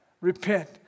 Repent